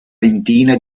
ventina